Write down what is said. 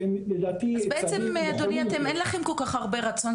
אז בעצם אין לכם כל כך הרבה רצון,